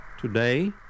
today